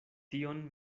tion